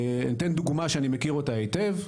אתן לכם דוגמא שאני מכיר אותה היטב,